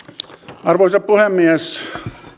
arvoisa puhemies